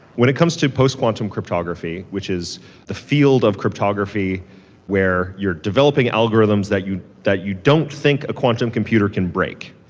when it comes to post quantum cryptography, which is the field of cryptography where you're developing algorithms that you that you don't think a quantum computer can break.